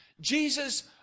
Jesus